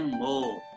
more